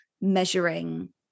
measuring